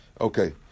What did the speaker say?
Okay